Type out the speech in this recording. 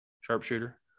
Sharpshooter